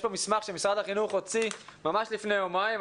יש פה מסמך שמשרד החינוך הוציא ממש לפני יומיים: